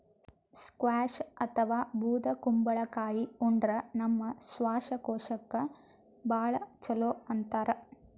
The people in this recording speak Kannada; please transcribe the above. ಸ್ಕ್ವ್ಯಾಷ್ ಅಥವಾ ಬೂದ್ ಕುಂಬಳಕಾಯಿ ಉಂಡ್ರ ನಮ್ ಶ್ವಾಸಕೋಶಕ್ಕ್ ಭಾಳ್ ಛಲೋ ಅಂತಾರ್